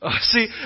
See